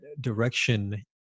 direction